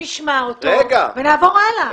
שנשמע אותו ונעבור הלאה.